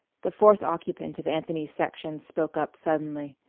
the fourth occupant of anthony's section spoke up suddenly.